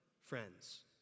friends